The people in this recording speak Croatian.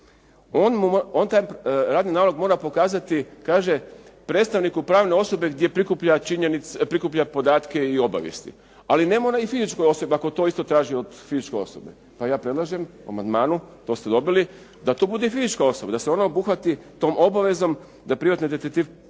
on taj radni nalog mora pokazati, kaže, predstavniku pravne osobe gdje prikuplja podatke i obavijesti, ali ne mora i fizičkoj osobi ako to isto traži od fizičke osobe. Pa ja predlažem u amandmanu, to ste dobili, da to bude i fizička osoba, da se ona obuhvati tom obavezom da privatni detektiv pokaže